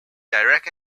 direct